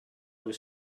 was